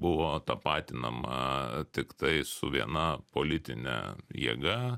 buvo tapatinama tiktai su viena politine jėga